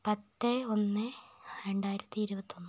പത്ത് ഒന്ന് രണ്ടായിരത്തി ഇരുപത്തൊന്ന്